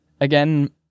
Again